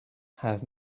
have